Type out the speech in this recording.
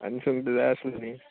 आनी सुंगटां जाय आसलोलीं